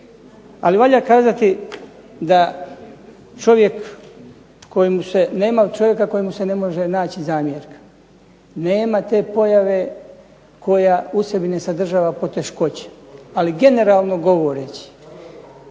Ali valja kazati da nema čovjeka kojem se ne može naći zamjerka, nema te pojave koja u sebi ne sadržava poteškoće. Ali generalno govoreći